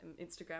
Instagram